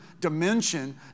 dimension